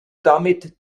damit